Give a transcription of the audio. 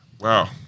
Wow